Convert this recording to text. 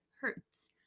hurts